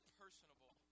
personable